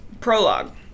Prologue